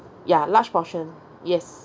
ya large portion yes